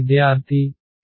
విద్యార్థి a